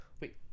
wait